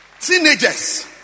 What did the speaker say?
Teenagers